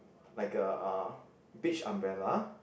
like a uh beach umbrella